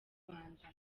rwanda